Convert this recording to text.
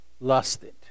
lusted